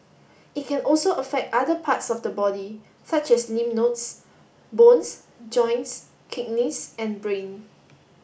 it can also affect other parts of the body such as lymph nodes bones joints kidneys and brain